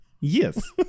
yes